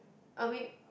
I mean